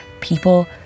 people